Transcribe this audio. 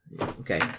Okay